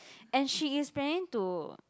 and she is planning to